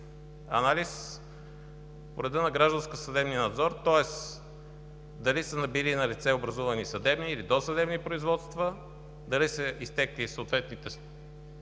анализ по реда на гражданско-съдебния надзор, тоест дали са били налице образувани съдебни или досъдебни производства, дали са изтекли съответните